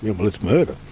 well, it's murder.